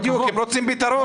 בדיוק, הם רוצים פתרון.